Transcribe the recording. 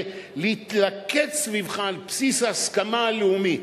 להתלכד סביבך על בסיס ההסכמה הלאומית.